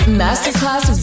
masterclass